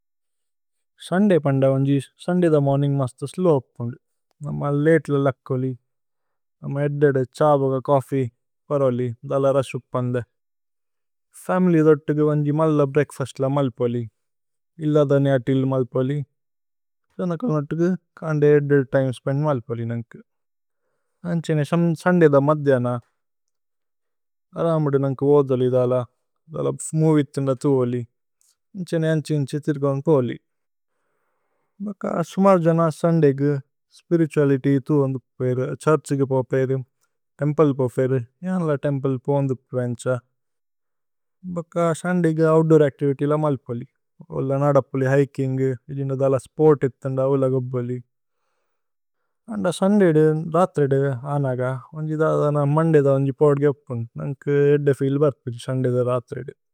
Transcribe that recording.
Sunday പന്ദ വന്ജി Sunday ഥേ മോര്നിന്ഗ് മസ്തു സ്ലോവ് ഉപ് പന്ദു। നമ ലതേ ല ലക്കോ ലി। നമ ഏദ്ദേദേ ഛാബഗ കോഫി പരോ ലി। ദല രസുപ് പന്ദു। ഫമില്യ് ദോത്തു കു വന്ജി മല്ല ബ്രേഅക്ഫസ്ത് ല മല്ലി പോലി। ഇല്ല ധനിഅ തില്ല് മല്ലി പോലി। ധനകല് നോത്തു കു കന്ദേ ഏദ്ദേദേ തിമേ സ്പേന്ദ് മല്ലി പോലി നന്കു। നന്ഛനേ സുന്ദയ് ഥേ മദ്ദ്യന। അരമദു നന്കു വോധോ ലി ധല। ധല മോവിഏ ഥിന്ദ ഥുവോലി। നന്ഛനേ നന്ഛി നന്ഛി ഥിരുഗവന് പോലി। ഭക സുമര് ജന സുന്ദയ് കു സ്പിരിതുഅലിത്യ് ഥുവോന് ഥുപു പേരു। ഛ്ഹുര്ഛ് കു പോപേരു। തേമ്പ്ലേ പോപേരു। യാനല തേമ്പ്ലേ പൂന് ഥുപു വേന്ഛ। ഭക സുന്ദയ് കു ഓഉത്ദൂര് അച്തിവിത്യ് ല മല്ലി പോലി। ഓല്ല നദ പോലി ഹികിന്ഗു। ഇല്ല ധല സ്പോര്ത് ഇത്ഥിന്ദ ഉല്ലഗ പോലി। നന്ദ സുന്ദയ് ദു രത്രേദു അനഗ। വന്ജി ധല ധന മന്ദയ് ദ വന്ജി പോദ്ഗേപ്പുന്। നന്കു ഏദ്ദേ ഫീല് ബര്കു സുന്ദയ് ദു രത്രേദു।